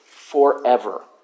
forever